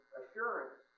assurance